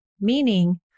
meaning